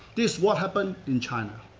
this is what happened in china.